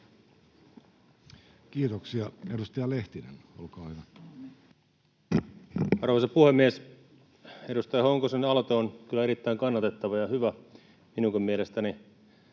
Kiitoksia. — Edustaja Lehtinen, olkaa hyvä. Arvoisa puhemies! Edustaja Honkosen aloite on kyllä erittäin kannatettava ja hyvä minunkin mielestäni.